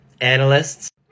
analysts